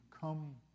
come